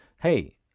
hey